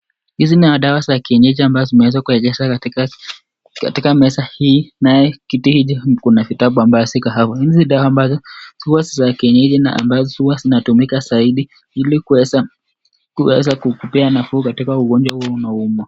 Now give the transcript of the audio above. Hizi ni dawa za kienyeji ambazo zimeweza kuwekezwa katika meza hii naye kiti hicho kuna vitabu ambao ziko hapo. Hizi dawa ambazo huwa ni za kienyeji na ambazo huwa zinatumika zaidi ili kuweza kukupea nafuu katika ugonjwa huo unaouma.